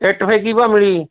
ਇੱਟ ਫਿਰ ਕੀ ਭਾਅ ਮਿਲੀ